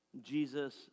Jesus